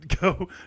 go